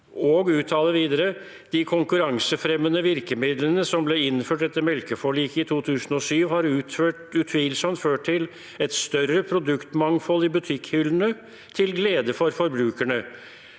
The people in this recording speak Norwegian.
og uttaler videre: «De konkurransefremmende virkemidlene som ble innført etter «Melkeforliket» i 2007 har utvilsomt ført til et større produktmangfold i butikkhyllene til glede for forbrukerne.